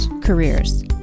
careers